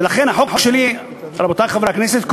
ולכן החוק שלי קובע, רבותי חברי הכנסת,